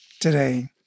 today